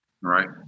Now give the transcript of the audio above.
Right